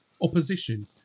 opposition